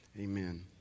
Amen